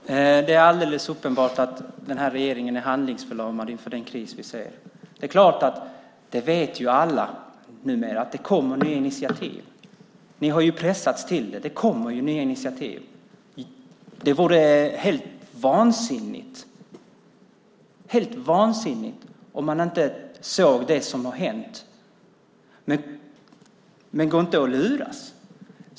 Herr talman! Det är alldeles uppenbart att den här regeringen är handlingsförlamad inför den kris vi ser. Alla vet numera att det kommer nya initiativ. Ni har ju pressats till det. Det kommer nya initiativ. Det vore helt vansinnigt om man inte såg det som har hänt. Men luras inte!